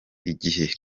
igihe